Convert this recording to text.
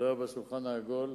שלא היה בשולחן העגול,